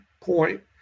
point